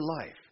life